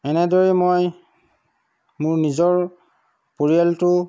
এনেদৰে মই মোৰ নিজৰ পৰিয়ালটো